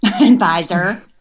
advisor